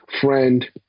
friend